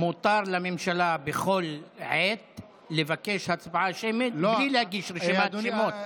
מותר לממשלה בכל עת לבקש הצבעה שמית בלי להגיש רשימת שמות.